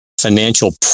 financial